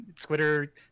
Twitter